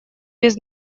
без